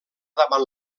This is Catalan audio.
davant